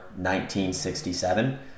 1967